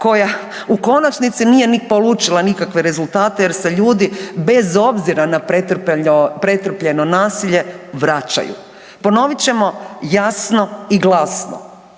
koja u konačnici nije ni polučila nikakve rezultate jer se ljudi bez obzira na pretrpljeno nasilje vraćaju. Ponovit ćemo jasno i glasno,